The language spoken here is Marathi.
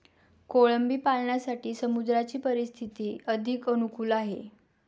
कोळंबी पालनासाठी समुद्राची परिस्थिती अधिक अनुकूल आहे